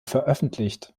veröffentlicht